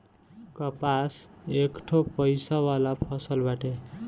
कपास एकठो पइसा वाला फसल बाटे